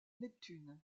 neptune